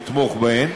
לתמוך בהן.